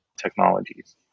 technologies